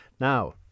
Now